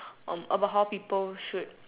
um about how people should